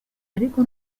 ariko